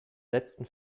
letzten